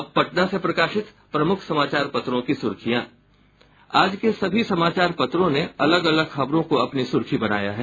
अब पटना से प्रकाशित प्रमुख समाचार पत्रों की सुर्खियां आज के सभी समाचार पत्रों ने अलग अलग खबरों को अपनी सुर्खी बनाया है